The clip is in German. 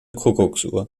kuckucksuhr